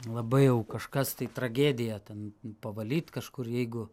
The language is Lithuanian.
labai jau kažkas tai tragėdija ten pavalyt kažkur jeigu